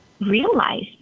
realized